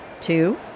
Two